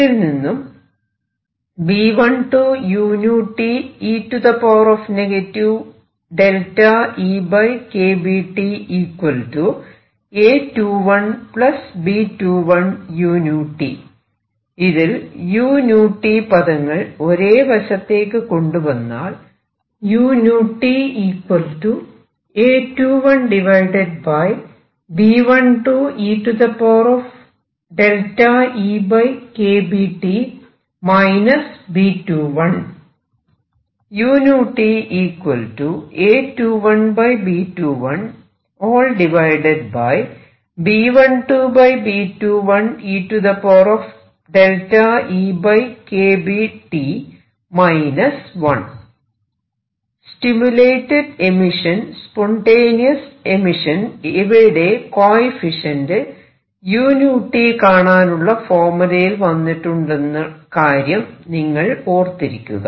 ഇതിൽ നിന്നും ഇതിൽ uT പദങ്ങൾ ഒരേ വശത്തേക്ക് കൊണ്ടുവന്നാൽ സ്റ്റിമുലേറ്റഡ് എമിഷൻ സ്പോൻടെനിയസ് എമിഷൻ ഇവയുടെ കോയെഫിഷ്യന്റ് uT കാണാനുള്ള ഫോർമുലയിൽ വന്നിട്ടുണ്ടെന്ന കാര്യം നിങ്ങൾ ഓർത്തിരിക്കുക